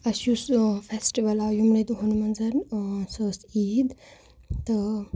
اَسہِ یُس فٮ۪سٹِول آو یِمنٕے دۄہَن منٛز سۄ ٲس عیٖد تہٕ